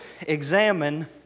examine